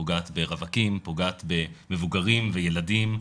פוגעת ברווקים, פוגעת במבוגרים וילדים,